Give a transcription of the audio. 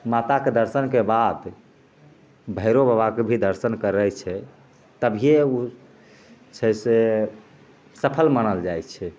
माताके दर्शनके बाद भैरब बाबाके भी दर्शन करै छै तभिये ओ छै से सफल मानल जाइ छै